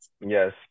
Yes